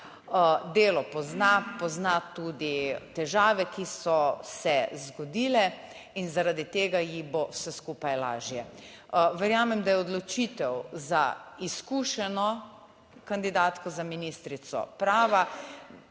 Delo pozna, pozna tudi težave, ki so se zgodile in zaradi tega ji bo vse skupaj lažje. Verjamem, da je odločitev za izkušeno kandidatko za ministrico prava.